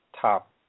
top